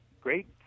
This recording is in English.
great